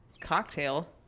cocktail